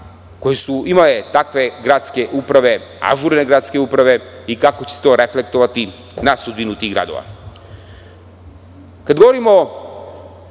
koji su imale takve gradske uprave, ažurne gradske uprave i kako će se to reflektovati na sudbinu tih gradova. Kada govorimo